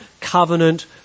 covenant